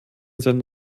sein